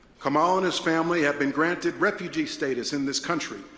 kamal and his family have been granted refugee status in this country,